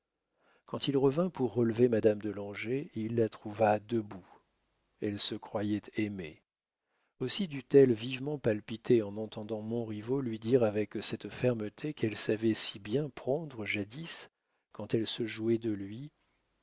quand il revint pour relever madame de langeais il la trouva debout elle se croyait aimée aussi dut-elle vivement palpiter en entendant montriveau lui dire avec cette fermeté qu'elle savait si bien prendre jadis quand elle se jouait de lui